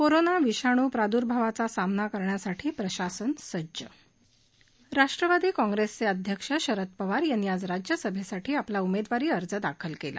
corona विषाणू प्रादूर्भावाचा सामना करण्यासाठी प्रशासन सज्ज राष्ट्रवादी काँग्रेसचे अध्यक्ष शरद पवार यांनी आज राज्यसभेसाठी आपला उमेदवारी अर्ज दाखल केला